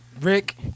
Rick